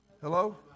Hello